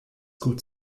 gut